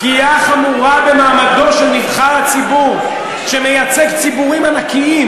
פגיעה חמורה במעמדו של נבחר הציבור שמייצג ציבורים ענקיים,